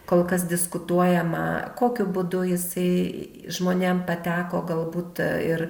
kol kas diskutuojama kokiu būdu jisai žmonėm pateko galbūt ir